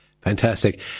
Fantastic